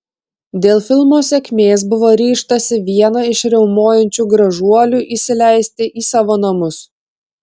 dėl filmo sėkmės buvo ryžtasi vieną iš riaumojančių gražuolių įsileisti į savo namus